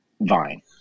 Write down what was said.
vine